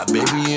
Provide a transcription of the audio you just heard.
Baby